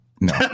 no